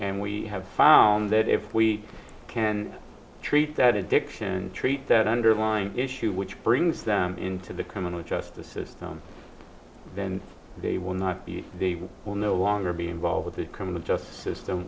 and we have found that if we can treat that addiction and treat that underlying issue which brings them into the criminal justice system then they will not be the will no longer be involved with the criminal justice system